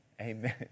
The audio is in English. Amen